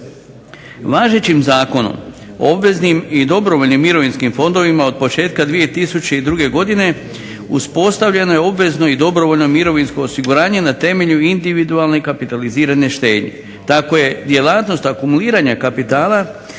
Važećim zakonom, obveznim i dobrovoljnim mirovinskim fondovima od početka 2002. godine uspostavljeno je obvezno i dobrovoljno mirovinsko osiguranje na temelju individualne kapitalizirane štednje. Tako je djelatnost akumuliranja kapitala